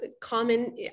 common